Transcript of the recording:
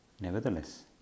Nevertheless